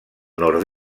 nord